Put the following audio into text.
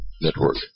Network